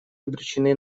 обречены